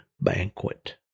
banquet